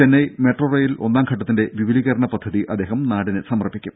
Chennai metro rail ഒന്നാംഘട്ടത്തിന്റെ വിപുലീകരണ പദ്ധതി അദ്ദേഹം നാടിന് സമർപ്പിക്കും